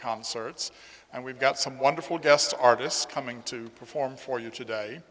concerts and we've got some wonderful guest artists coming to perform for you today